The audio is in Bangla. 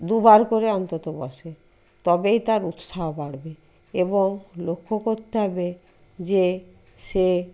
দুবার করে অন্তত বসে তবেই তার উৎসাহ বাড়বে এবং লক্ষ্য করতে হবে যে সে